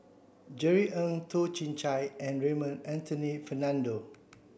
Jerry Ng Toh Chin Chye and Raymond Anthony Fernando